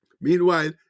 Meanwhile